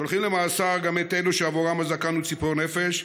שולחים למאסר גם את אלה שעבורם הזקן הוא ציפור נפש,